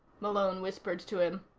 malone whispered to him.